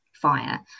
fire